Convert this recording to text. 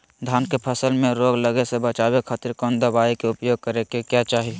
धान के फसल मैं रोग लगे से बचावे खातिर कौन दवाई के उपयोग करें क्या चाहि?